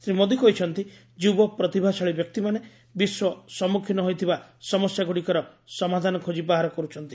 ଶ୍ରୀ ମୋଦି କହିଛନ୍ତି ଯୁବ ପ୍ରତିଭାଶାଳୀ ବ୍ୟକ୍ତିମାନେ ବିଶ୍ୱ ସମ୍ମୁଖୀନ ହୋଇଥିବା ସମସ୍ୟା ଗୁଡ଼ିକର ସମାଧାନ ଖୋଜି ବାହାର କରୁଛନ୍ତି